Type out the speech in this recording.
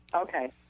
Okay